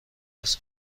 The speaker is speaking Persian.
بحث